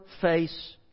face